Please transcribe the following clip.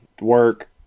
work